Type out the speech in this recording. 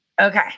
Okay